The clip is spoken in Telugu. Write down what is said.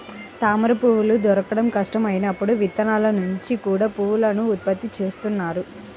తామరపువ్వులు దొరకడం కష్టం అయినప్పుడు విత్తనాల నుంచి కూడా పువ్వులను ఉత్పత్తి చేస్తున్నారు